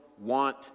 want